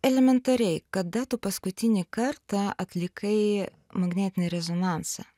elementariai kada tu paskutinį kartą atlikai magnetinį rezonansą